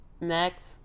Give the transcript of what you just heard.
Next